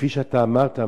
כפי שאמרת,